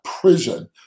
prison